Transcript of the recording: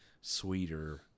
sweeter